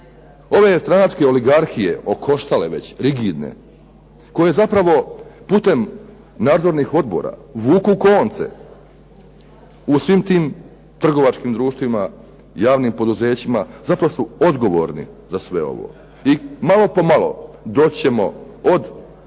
Ove stranačke oligarhije okoštale već, rigidne koje zapravo putem nadzornih odbora vuku konce u svim tim trgovačkim društvima, javnim poduzećima, zato su odgovorni za sve ovo. I malo pomalo doći ćemo od